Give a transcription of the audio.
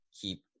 keep